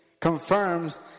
confirms